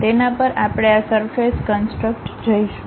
તેના પર આપણે આ સરફેસ કન્સટ્રક્ જઈશું